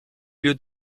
lieu